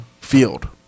field